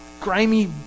grimy